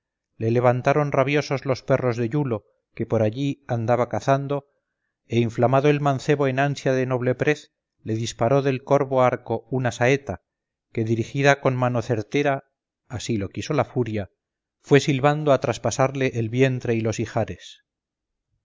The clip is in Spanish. le levantaron rabiosos los perros de iulo que por allí andaba cazando e inflamado el mancebo en ansia de noble prez le disparó del corvo arco una saeta que dirigida con mano certera así lo quiso la furia fue silbando a traspasarle el vientre y los ijares